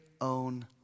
own